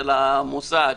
של המוסד,